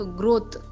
growth